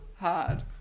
hard